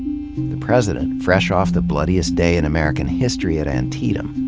the president, fresh off the bloodiest day in american history at antietam,